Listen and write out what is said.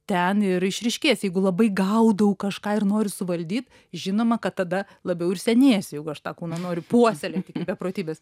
ten ir išryškės jeigu labai gaudau kažką ir noriu suvaldyt žinoma kad tada labiau ir senėsiu jeigu aš tą kūną noriu puoselėt beprotybės